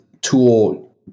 tool